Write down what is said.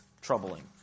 troubling